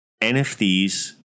NFTs